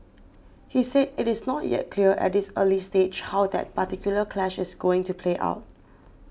he said it is not yet clear at this early stage how that particular clash is going to play out